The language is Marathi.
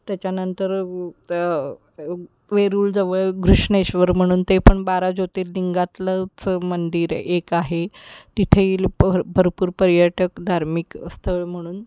त्याच्यानंतर वेरूळजवळ घृष्णेश्वर म्हणून ते पण बारा ज्योतिर्लिंगातलंच मंदिर एक आहे तिथेही भर भरपूर पर्यटक धार्मिक स्थळ म्हणून